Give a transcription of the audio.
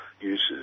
uses